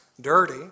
dirty